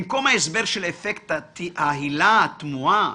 במקום ההסבר של "אפקט ההילה" התמוהה